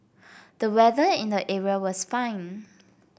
the weather in the area was fine